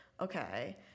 Okay